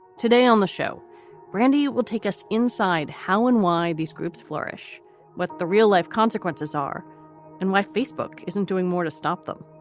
today on the show brandee, it will take us inside how and why these groups flourish with the real life consequences are and why facebook isn't doing more to stop them